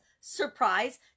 Surprise